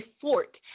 fort